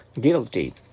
Guilty